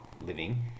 living